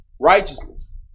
righteousness